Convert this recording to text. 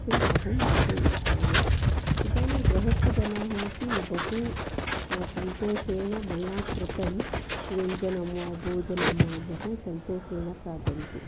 वक्तुम् अहं बहु इच्छामि इदनीं गृहस्थजनाः अपि बहु सन्तोषेन मया कृतं व्यञ्जनं वा भोजनं वा बहु सन्तोषेण खादन्ति